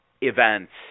events